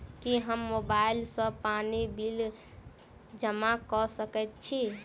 की हम मोबाइल सँ पानि बिल जमा कऽ सकैत छी?